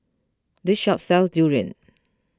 this shop sells Durian